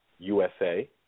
USA